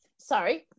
Sorry